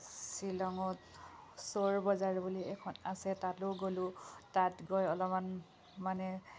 শ্বিলঙত চোৰ বজাৰ বুলি এখন আছে তাতো গ'লোঁ তাত গৈ অলপমান মানে